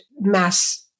mass